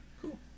cool